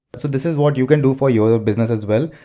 so this is what you can do for your business as well.